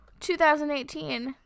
2018